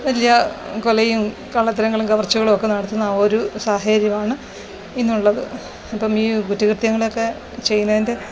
വലിയ കൊലയും കള്ളത്തരങ്ങളും കവർച്ചകളും ഒക്കെ നടത്തുന്ന ഒരു സാഹചര്യമാണ് ഇന്നുള്ളത് അപ്പം ഈ കുറ്റകൃത്യങ്ങളൊക്കെ ചെയ്യുന്നതിൻ്റെ